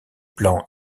blanc